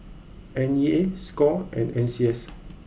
N E A score and N C S